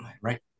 right